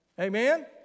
Amen